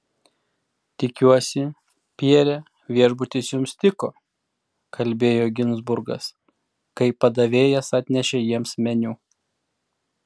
tikiuosi pierre viešbutis jums tiko kalbėjo ginzburgas kai padavėjas atnešė jiems meniu